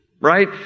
Right